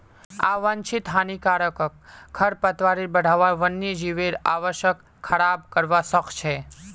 आवांछित हानिकारक खरपतवारेर बढ़ना वन्यजीवेर आवासक खराब करवा सख छ